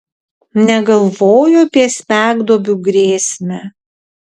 negalvojo apie smegduobių grėsmę